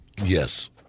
Yes